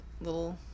little